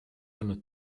olnud